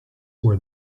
were